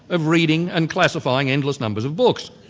of reading and classifying endless numbers of books.